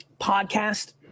podcast